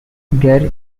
there